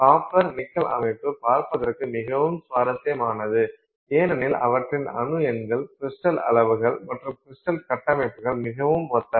copper nickel அமைப்பு பார்ப்பதற்கு மிகவும் சுவாரஸ்யமானது ஏனெனில் அவற்றின் அணு எண்கள் க்றிஸ்டல் அளவுகள் மற்றும் க்றிஸ்டல் கட்டமைப்புகள் மிகவும் ஒத்தவை